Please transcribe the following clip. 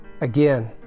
Again